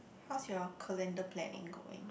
how's your calendar planning going